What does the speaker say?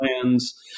plans